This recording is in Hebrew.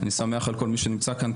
אני שמח על כל מי שנצמא כאן.